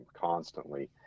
constantly